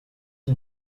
and